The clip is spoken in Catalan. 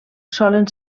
solen